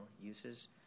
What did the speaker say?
uses